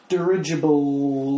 Dirigible